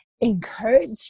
encourage